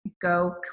go